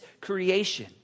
creation